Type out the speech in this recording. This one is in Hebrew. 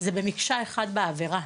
זה במקשה אחת בעבירה,